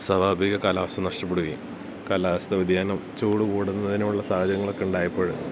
സ്വാഭാവിക കാലാവസ്ഥ നഷ്ടപ്പെടുകയും കാലാവസ്ഥാ വ്യതിയാനം ചൂടു കൂടുന്നതിനുമുള്ള സാഹചര്യങ്ങളൊക്കെ ഉണ്ടായപ്പോള്